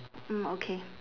mm okay